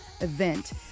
event